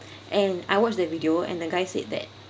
and I watch that video and the guy said that